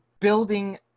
building